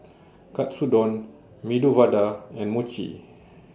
Katsudon Medu Vada and Mochi